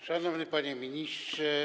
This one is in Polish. Szanowny Panie Ministrze!